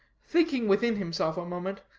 thinking within himself a moment,